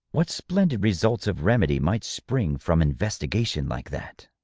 what splendid results of remedy might spring from investigation like that!